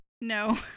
No